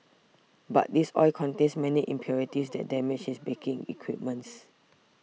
but this oil contains many impurities that damage his baking equipments